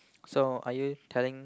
so are you telling